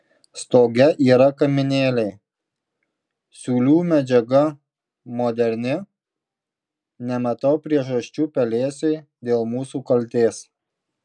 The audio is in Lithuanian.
stoge yra kaminėliai siūlių medžiaga moderni nematau priežasčių pelėsiui dėl mūsų kaltės